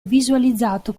visualizzato